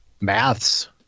Maths